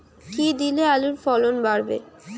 কী দিলে আলুর ফলন বাড়বে?